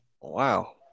Wow